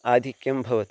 आधिक्यं भवति